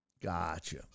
Gotcha